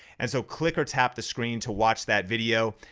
and so click or tap the screen to watch that video,